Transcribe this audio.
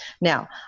Now